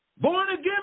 born-again